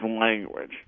language